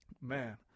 Man